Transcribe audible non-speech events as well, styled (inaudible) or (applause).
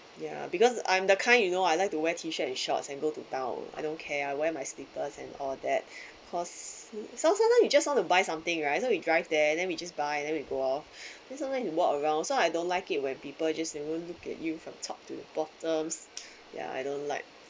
ya because I'm the kind you know I like to wear T shirt and shorts and go to town I don't care I wear my slippers and all that (breath) cause so sometimes you just want to buy something right so we drive there then we just buy then we go out (breath) then sometimes you walk around so I don't like it when people just you know look at you from top to bottom ya I don't like